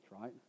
right